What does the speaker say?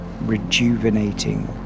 rejuvenating